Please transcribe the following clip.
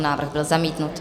Návrh byl zamítnut.